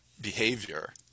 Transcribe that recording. behavior